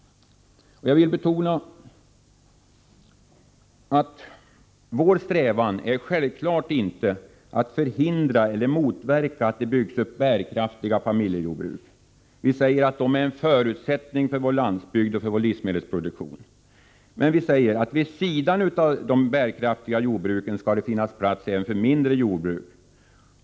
Jag vill betona att vår strävan självfallet inte är att förhindra eller motverka att det byggs upp bärkraftiga familjejordbruk. Vi säger att de är en förutsättning för vår landsbygd och för vår livsmedelsproduktion. Men vid sidan av de bärkraftiga jordbruken skall det finnas plats även för mindre jordbruk.